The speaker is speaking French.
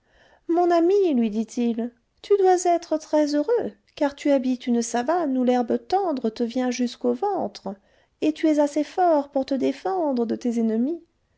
mon ami lui dit-il tu dois être très-heureux car tu habites une savane où l'herbe tendre te vient jusqu'au ventre et tu es assez fort pour te défendre de tes ennemis